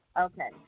Okay